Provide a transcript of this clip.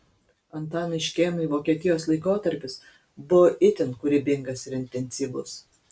antanui škėmai vokietijos laikotarpis buvo itin kūrybingas ir intensyvus